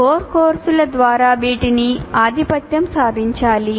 core కోర్సుల ద్వారా వీటిని ఆధిపత్యం సాధించాలి